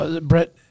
Brett